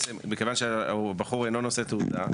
מכיוון שהבחור אינו נושא תעודה,